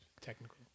technical